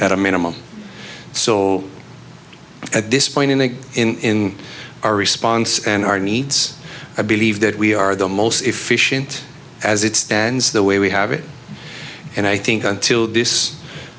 at a minimum so at this point in the in our response and our needs i believe that we are the most efficient as it stands the way we have it and i think until this